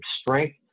strength